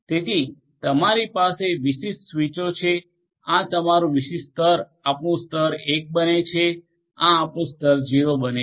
તેથી આ તમારી વિશિષ્ટ સ્વિચ છે આ વિશિષ્ટ સ્તર આપણું સ્તર 1 બને છે આ આપણું સ્તર 0 બને છે